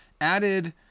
added